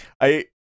I-